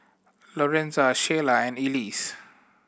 Lorenza Shayla and Elise